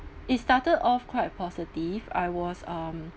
it started off quite positive I was um